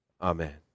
Amen